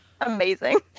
Amazing